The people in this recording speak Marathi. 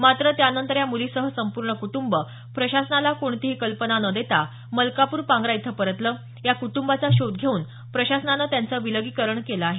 मात्र त्यानंतर या मुलीसह संपूर्ण कुटुंब प्रशासनाला कोणतीही कल्पना न देता मलकापूर पांग्रा इथं परतलं या कुटंबाचा शोध घेऊन प्रशासनानं त्यांचं विलीगीकरण केलं आहे